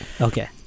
okay